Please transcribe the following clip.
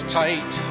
tight